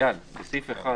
איל, בסעיף (1)